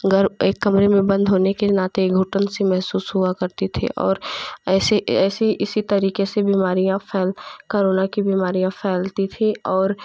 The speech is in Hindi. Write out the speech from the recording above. घर एक कमरे में बंद होने के नाते घुटन सी महसूस हुआ करती थी और ऐसे ए ऐसे इसी तरीक़े से बीमारियाँ फैल करोना की बीमारियाँ फैलती थीं और